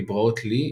אלגבראות לי,